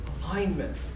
alignment